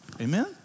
Amen